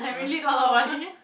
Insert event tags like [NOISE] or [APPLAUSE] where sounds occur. uh [NOISE]